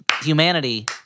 humanity